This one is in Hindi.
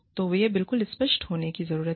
तो ये बिल्कुल स्पष्ट होने की जरूरत है